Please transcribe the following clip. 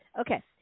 Okay